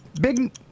big